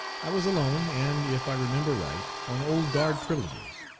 i was alone, and, if i remember aright, on old guard privileges.